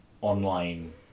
online